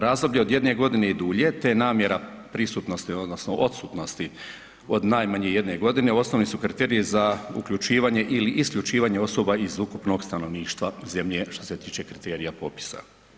Razdoblje od 1 godine i dulje te namjera prisutnosti odnosno odsutnosti od najmanje jedne godine, osnovni su kriteriji za uključivanje ili isključivanje osoba iz ukupnog stanovništva zemlje što se tiče kriterija popisa.